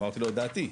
אמרתי לו את דעתי,